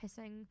pissing